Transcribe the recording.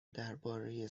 درباره